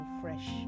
fresh